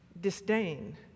disdain